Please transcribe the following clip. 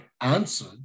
answered